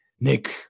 Nick